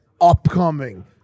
upcoming